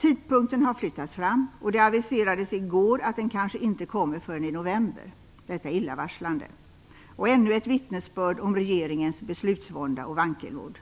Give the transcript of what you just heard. Tidpunkten har flyttats fram, och det aviserades i går att den kanske inte kommer förrän i november. Detta är illavarslande och ännu ett vittnesbörd om regeringens beslutsvånda och vankelmod.